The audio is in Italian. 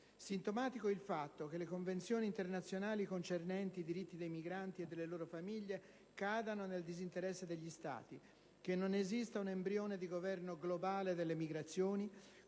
Sintomatico il fatto che le convenzioni internazionali concernenti i diritti dei migranti e delle loro famiglie cadano nel disinteresse degli Stati, che non esista un embrione di governo globale delle migrazioni